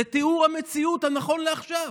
זה תיאור המציאות הנכון לעכשיו.